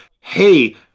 Hey